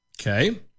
Okay